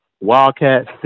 Wildcat